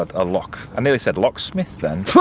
ah a lock. i nearly said locksmith then.